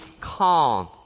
calm